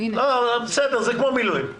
בסדר, זה כמו מילואים.